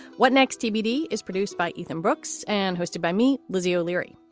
what next? tbd is produced by ethan brooks and hosted by me. lizzie o'leary.